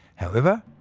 however,